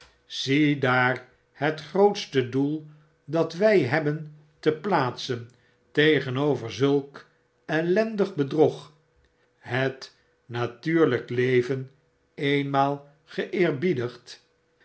ziedaar het groote doel dat wij hebben te plaatsen tegenover zulk ellendig bedrog het natuurlyk leven eenmaal